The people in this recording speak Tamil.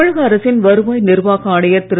தமிழக அரசின் வருவாய் நிர்வாக ஆணையர் திரு